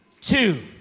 two